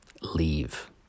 Leave